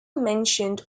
mentioned